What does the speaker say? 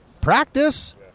practice